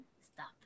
stop